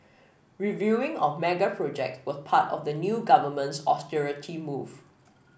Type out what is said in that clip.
reviewing of mega projects was part of the new government's austerity move